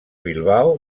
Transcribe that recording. bilbao